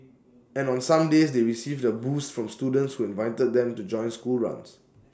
and on some days they received A boost from students who invited them to join school runs